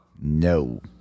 No